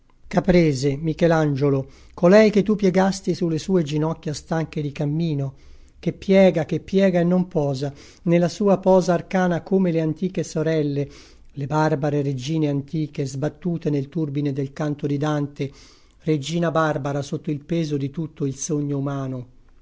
caprese michelangiolo colei che tu piegasti sulle sue ginocchia stanche di cammino che piega che piega e non posa nella sua posa arcana come le antiche sorelle le barbare regine antiche sbattute nel turbine del canto di dante regina barbara sotto il peso di tutto il sogno umano